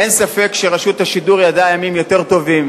אין ספק שרשות השידור ידעה ימים יותר טובים